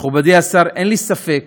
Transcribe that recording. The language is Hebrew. מכובדי השר, אין לי ספק